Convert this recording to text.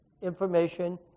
information